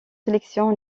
sélections